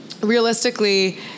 realistically